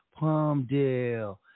Palmdale